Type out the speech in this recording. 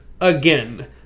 again